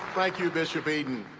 like you bishop eaton.